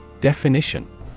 Definition